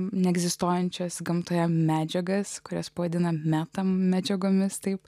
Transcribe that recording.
neegzistuojančias gamtoje medžiagas kurias vadiname meta medžiagomis taip